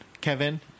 kevin